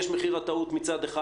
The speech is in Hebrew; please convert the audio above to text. יש מחיר הטעות מצד אחד.